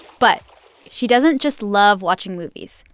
but she doesn't just love watching movies.